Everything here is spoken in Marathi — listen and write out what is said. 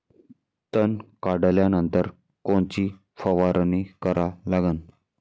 तन काढल्यानंतर कोनची फवारणी करा लागन?